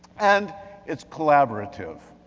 and it's collaborative.